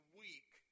week